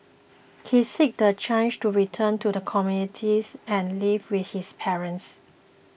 he seeks the chance to return to the communities and live with his parents